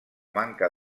manca